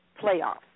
playoffs